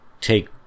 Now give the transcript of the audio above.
take